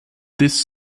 this